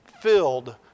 filled